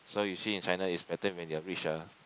so you see in China it's better when you're rich uh